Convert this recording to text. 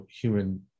human